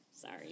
sorry